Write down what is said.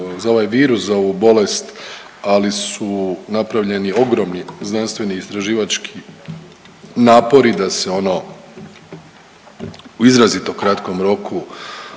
za ovaj virus, za ovu bolest ali su napravljeni ogromni znanstveni istraživački napori da se ono u izrazito kratkom roku